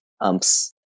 umps